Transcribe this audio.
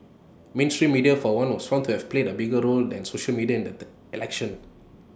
mainstream media for one was found to have played A bigger role than social media in the election